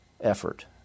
effort